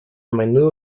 menudo